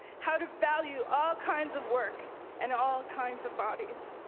how to value all kinds of work and all kinds of bodies.